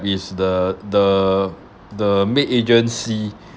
is the the the maid agency